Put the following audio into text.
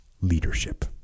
leadership